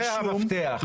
זה המפתח.